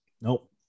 Nope